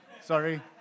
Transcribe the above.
sorry